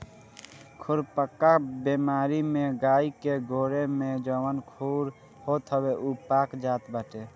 खुरपका बेमारी में गाई के गोड़े में जवन खुर होत हवे उ पाक जात बाटे